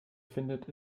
findet